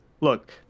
Look